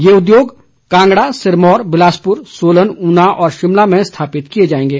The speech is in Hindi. यह उद्योग कांगड़ा सिरमौर बिलासपुर सोलन ऊना और शिमला में स्थापित किए जाएंगे